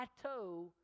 plateau